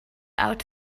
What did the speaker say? out